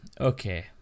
Okay